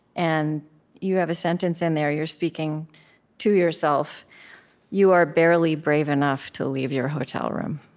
and you have a sentence in there you're speaking to yourself you are barely brave enough to leave your hotel room.